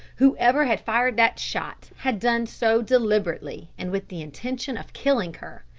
whoever had fired that shot had done so deliberately, and with the intention of killing her.